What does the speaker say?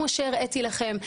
כמו שהראיתי לכם.